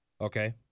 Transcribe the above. Okay